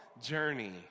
journey